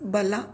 ಬಲ